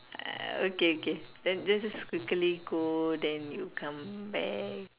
uh okay okay then let's just quickly go then you come back